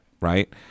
right